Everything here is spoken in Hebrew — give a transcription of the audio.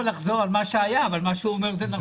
מה שאתה אומר זה נכון.